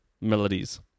melodies